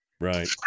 right